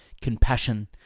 Compassion